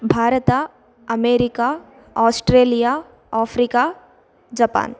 Bharata America Australia Africa Japan